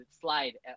slide